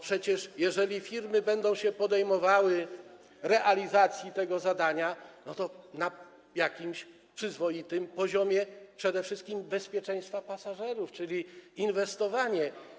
Przecież jeżeli firmy będą się podejmowały realizacji tego zadania, to na jakimś przyzwoitym poziomie przede wszystkim bezpieczeństwa pasażerów, czyli inwestowanie.